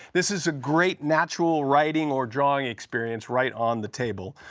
this is a great natural writing or drawing experience right on the table.